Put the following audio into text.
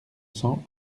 cents